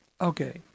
Okay